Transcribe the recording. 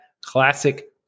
classic